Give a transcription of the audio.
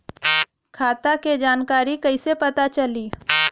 खाता के जानकारी कइसे पता चली?